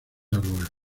árboles